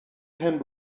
pen